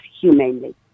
humanely